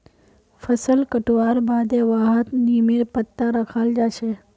फसल कटवार बादे वहात् नीमेर पत्ता रखाल् जा छे